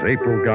April